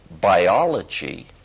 biology